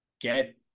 get